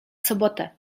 sobotę